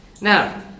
Now